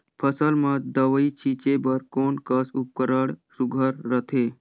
फसल म दव ई छीचे बर कोन कस उपकरण सुघ्घर रथे?